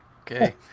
okay